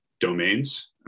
domains